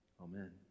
Amen